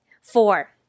Four